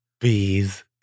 bees